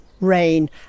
rain